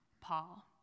Paul